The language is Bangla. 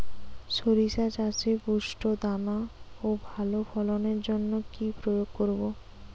শরিষা চাষে পুষ্ট দানা ও ভালো ফলনের জন্য কি প্রয়োগ করব?